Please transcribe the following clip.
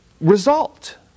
result